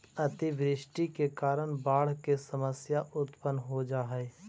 अतिवृष्टि के कारण बाढ़ के समस्या उत्पन्न हो जा हई